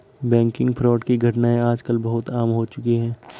banking fraud की घटनाएं आज कल बहुत आम हो चुकी है